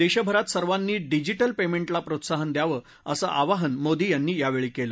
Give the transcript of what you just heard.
देशभरात सर्वांनीच digital payment प्रोत्साहन द्यावं असं आवाहन मोदी यांनी केलं